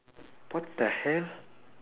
what the hell